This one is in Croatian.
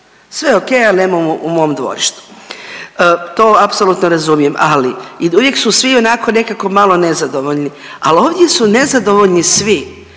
sve ok al nemoj u mom dvorištu. To apsolutno razumijem. Ali uvijek su svi onako nekako malo nezadovoljni, al ovdje su nezadovoljni svi,